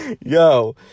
yo